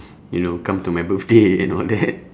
you know come to my birthday and all that